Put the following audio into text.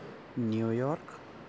New York